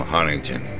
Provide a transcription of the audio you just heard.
Huntington